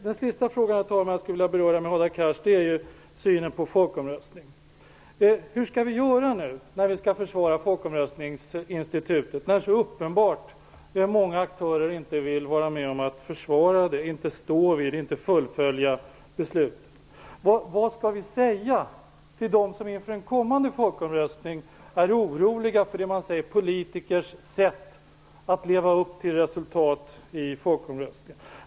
Herr talman! Den sista fråga jag skulle vilja beröra med Hadar Cars är synen på folkomröstning. Hur skall vi göra nu när vi skall försvara folkomröstningsinstitutet när det är så uppenbart att många aktörer inte vill vara med om att försvara det eller stå fast vid beslutet och fullfölja det. Vad skall vi säga till dem som inför en kommande folkomröstning är oroliga för politikers sätt att leva upp till resultat i folkomröstning?